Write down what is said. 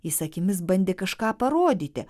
jis akimis bandė kažką parodyti